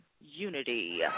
Unity